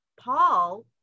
Paul